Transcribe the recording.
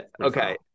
Okay